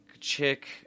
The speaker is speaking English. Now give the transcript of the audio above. chick